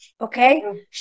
Okay